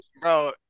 Bro